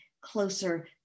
closer